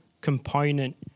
component